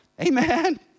Amen